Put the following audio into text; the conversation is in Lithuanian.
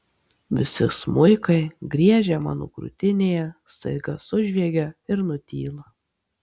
visi smuikai griežę mano krūtinėje staiga sužviegia ir nutyla